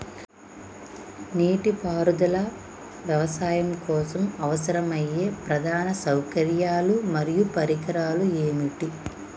నీటిపారుదల వ్యవసాయం కోసం అవసరమయ్యే ప్రధాన సౌకర్యాలు మరియు పరికరాలు ఏమిటి?